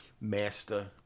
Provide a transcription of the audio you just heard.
master